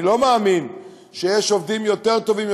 אני לא מאמין שיש עובדים יותר טובים,